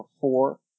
four